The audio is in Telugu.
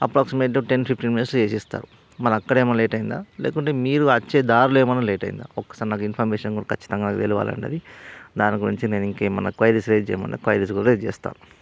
అప్రాక్సిమేటు టెన్ ఫిఫ్టీన్ మినిట్స్లో చేసిస్తారు మళ్ళీ అక్కడ ఏమన్నా లేట్ అయిందా లేకుంటే మీరు వచ్చే దారిలో ఏమన్నా లేట్ అయిందా ఒకసారి నాకు ఇన్ఫర్మేషన్ కూడా ఖచ్చితంగా నాకు తెలియాలి అండి అది దాని గురించి నేను ఇంకేమన్నా క్వయిరీస్ రెయిజ్ చేయమన్నా క్వయిరీస్ కూడా రెయిజ్ చేస్తా